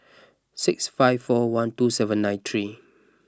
six five four one two seven nine three